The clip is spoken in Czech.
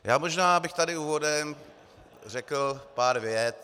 Já možná bych tady úvodem řekl pár vět.